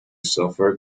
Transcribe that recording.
software